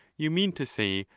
you mean to say,